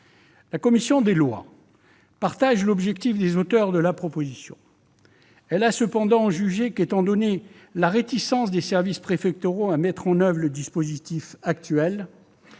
La commission des lois partage l'objectif des auteurs de la proposition de loi. Elle a cependant jugé qu'il n'était pas sûr, étant donné la réticence des services préfectoraux à mettre en oeuvre le dispositif actuel,